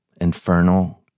infernal